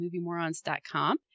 MovieMorons.com